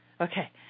Okay